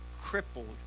crippled